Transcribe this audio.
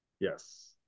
Yes